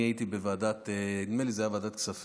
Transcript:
אני הייתי בוועדה, נדמה לי שזה היה בוועדת הכספים,